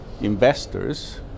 investors